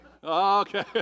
Okay